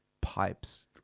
pipes